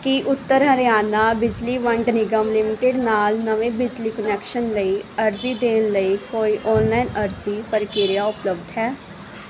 ਕੀ ਉੱਤਰ ਹਰਿਆਣਾ ਬਿਜਲੀ ਵੰਡ ਨਿਗਮ ਲਿਮਟਿਡ ਨਾਲ ਨਵੇਂ ਬਿਜਲੀ ਕੁਨੈਕਸ਼ਨ ਲਈ ਅਰਜ਼ੀ ਦੇਣ ਲਈ ਕੋਈ ਓਨਲਾਈਨ ਅਰਜ਼ੀ ਪ੍ਰਕਿਰਿਆ ਉਪਲੱਬਧ ਹੈ